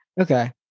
Okay